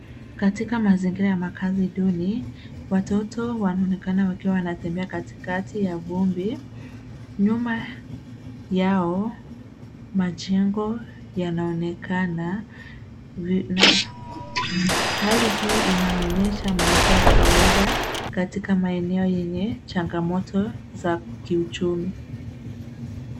Katika mazingira ya makaazi duni, watoto wanaonekana wakiwa wanatembea katikati ya vumbi. Nyuma yao, majengo yanaonekana. Hali hii inaonyesha maisha ya kawaida katika maeneo yenye changamoto za kiuchumi.